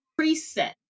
preset